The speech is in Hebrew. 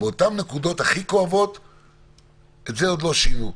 באותן נקודות הכי כואבות את זה עוד לא שינו.